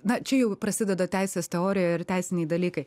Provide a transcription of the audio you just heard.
na čia jau prasideda teisės teorija ir teisiniai dalykai